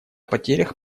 потерях